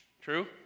True